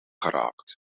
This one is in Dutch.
geraakt